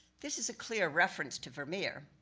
this is a clear reference to vermeer,